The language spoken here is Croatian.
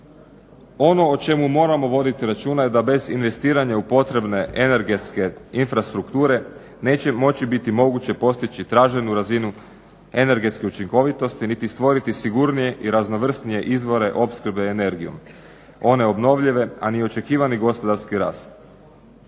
Ono o čemu moramo voditi računa je da bez investiranja u potrebne energetske infrastrukture neće moći biti moguće postići traženu razinu energetske učinkovitosti niti stvoriti sigurnije i raznovrsnije izvore opskrbe energijom one obnovljive, a ni očekivani gospodarski rast.